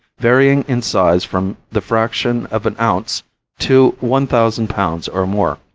varying in size from the fraction of an ounce to one thousand pounds or more.